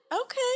Okay